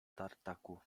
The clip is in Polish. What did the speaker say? tartaku